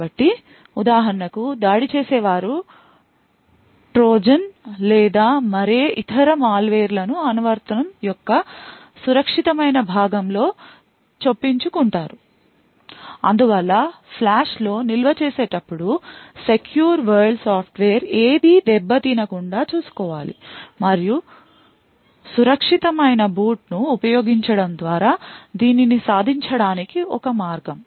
కాబట్టి ఉదాహరణకు దాడి చేసే వారు ట్రోజన్ లేదా మరే ఇతర మాల్వేర్లను అనువర్తనం యొక్క సురక్షితమైన భాగం లో చొప్పించు కుంటారు అందువల్ల ఫ్లాష్లో నిల్వ చేసేటప్పుడు సెక్యూర్ వరల్డ్ సాఫ్ట్వేర్ ఏదీ దెబ్బ తినకుండా చూసుకోవాలి మరియు సురక్షితమైన బూట్ను ఉపయోగించడం ద్వారా దీనిని సాధించ డానికి ఒక మార్గం